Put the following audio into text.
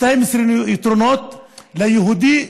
12 יתרונות ליהודי,